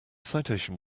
citation